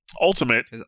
ultimate